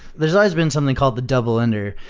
there has has been something called the double-ender,